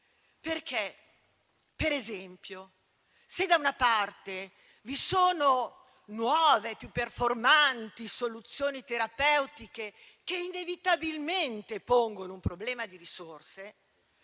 perché per esempio, se è vero che da una parte vi sono nuove e più performanti soluzioni terapeutiche che inevitabilmente pongono un problema di risorse,